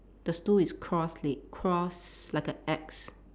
the stool is cross leg cross like a axe